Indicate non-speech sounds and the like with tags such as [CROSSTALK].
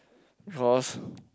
because [BREATH]